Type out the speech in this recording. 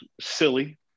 silly